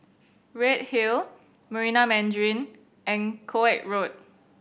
Redhill Marina Mandarin and Koek Road